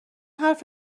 حرف